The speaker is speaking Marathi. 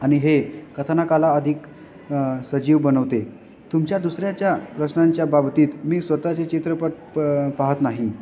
आणि हे कथानकाला अधिक सजीव बनवते तुमच्या दुसऱ्याच्या प्रश्नांच्या बाबतीत मी स्वतःचे चित्रपट प पाहत नाही